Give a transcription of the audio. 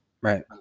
right